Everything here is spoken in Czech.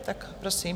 Tak prosím.